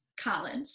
college